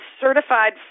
certified